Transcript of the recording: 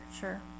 sure